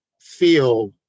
feel